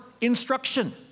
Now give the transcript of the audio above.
instruction